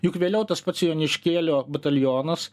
juk vėliau tas pats joniškėlio batalionas